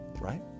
right